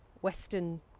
western